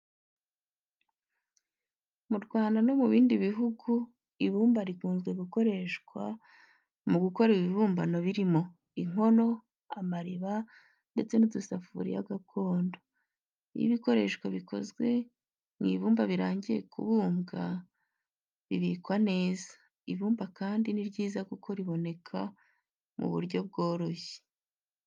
Mu Rwanda no mu bindi bihugu, ibumba rikunze gukoreshwa mu gukora ibibumbano birimo: inkono, amariba, ndetse n'udusafuriya gakondo. Iyo ibikoresho bikozwe mu ibumba birangiye kubumbwa bibikwa neza. Ibumba kandi ni ryiza kuko riboneka mu buryo bworoshye.